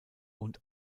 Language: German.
und